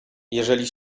jeżeli